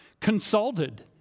consulted